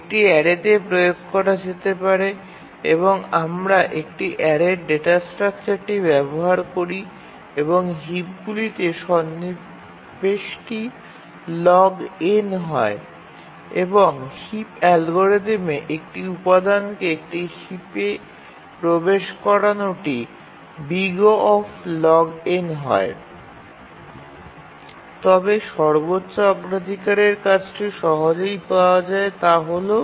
একটি অ্যারেতে প্রয়োগ করা যেতে পারে এবং আমরা একটি অ্যারের ডেটা স্ট্রাকচারটি ব্যবহার করি এবং হিপগুলিতে সন্নিবেশটি log n হয় এবং হিপ অ্যালগরিদমে একটি উপাদানকে একটি হিপে প্রবেশ করানোটি O হয় তবে সর্বোচ্চ অগ্রাধিকারের কাজটি সহজেই পাওয়া যায় এবং তা হল O